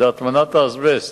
זה הטמנת האזבסט.